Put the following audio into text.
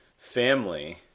family